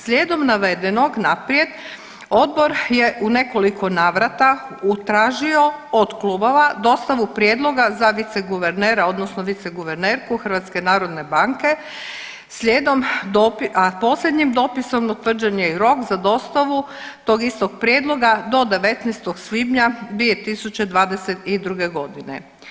Slijedom navedenog naprijed odbor je u nekoliko navrata tražio od klubova dostavu prijedloga za viceguvernera odnosno viceguvernerku HNB-a, a posljednjim dopisom utvrđen je i rok za dostavu tog istog prijedloga do 19. svibnja 2022.g.